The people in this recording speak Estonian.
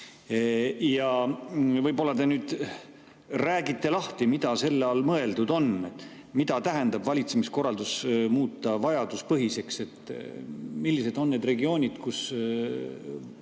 Võib-olla te nüüd räägite lahti, mida selle all mõeldud on. Mida tähendab valitsemiskorralduse muutmine vajaduspõhiseks? Millised on need regioonid, kus